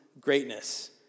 greatness